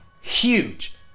huge